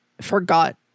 forgot